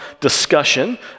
discussion